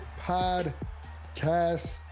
podcast